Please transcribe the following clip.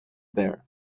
there